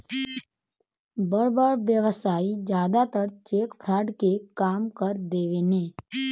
बड़ बड़ व्यवसायी जादातर चेक फ्रॉड के काम कर देवेने